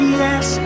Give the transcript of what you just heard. yes